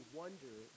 wonder